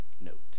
note